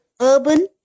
urban